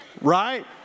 Right